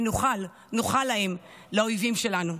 ונוכל, נוכל להם, לאויבים שלנו.